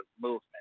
movement